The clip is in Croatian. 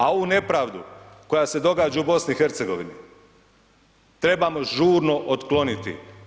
A ovu nepravdu koja se događa u BiH trebamo žurno otkloniti.